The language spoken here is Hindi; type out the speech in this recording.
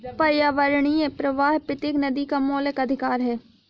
पर्यावरणीय प्रवाह प्रत्येक नदी का मौलिक अधिकार है